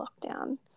lockdown